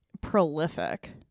prolific